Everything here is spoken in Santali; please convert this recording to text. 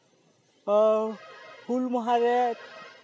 ᱚ ᱦᱩᱞ ᱢᱟᱦᱟ ᱨᱮ